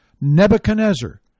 Nebuchadnezzar